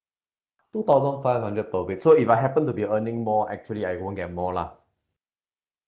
two thousand five hundred per week so if I happen to be earning more actually I won't get more lah